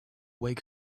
wake